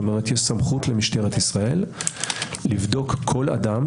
יש סמכות למשטרת ישראל לבדוק כל אדם